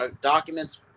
documents